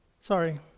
Sorry